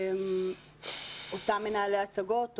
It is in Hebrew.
אותם מנהלי הצגות,